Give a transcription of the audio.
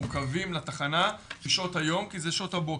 מעוכבים לתחנה בשעות היום כי זה שעות הבוקר.